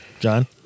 John